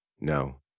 No